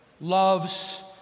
loves